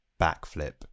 backflip